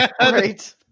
right